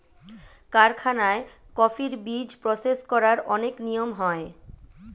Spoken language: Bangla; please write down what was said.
কারখানায় কফির বীজ প্রসেস করার অনেক নিয়ম হয়